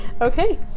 Okay